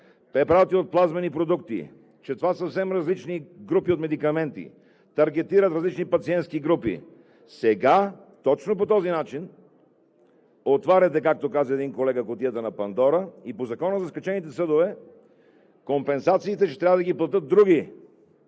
препарати от плазмени продукти, че това са съвсем различни групи от медикаменти и таргетират различни пациентски групи. Сега точно по този начин отваряте, както каза един колега, кутията на Пандора и по закона за скачените съдове компенсациите ще трябва да ги платят други,